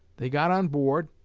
they got on board,